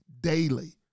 daily